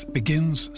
begins